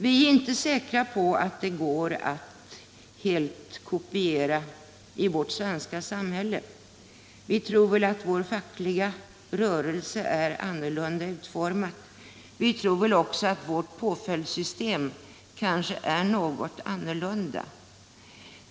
Vi är inte helt säkra på att den går att kopiera i vårt svenska samhälle — vi tror att vår fackliga rörelse är annorlunda utformad och att vårt påföljdssystem kanske är något annorlunda.